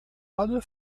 alle